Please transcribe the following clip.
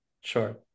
Sure